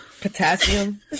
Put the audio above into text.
Potassium